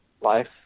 life